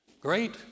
Great